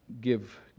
give